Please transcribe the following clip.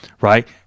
right